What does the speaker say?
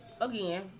Again